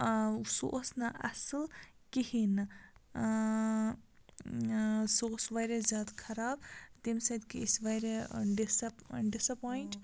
سُہ اوس نہٕ اَصٕل کِہیٖنۍ نہٕ سُہ اوس واریاہ زیادٕ خراب تَمہِ سۭتۍ گٔے أسۍ واریاہ ڈِسپ ڈِس ایپوینٛٹ